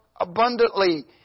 abundantly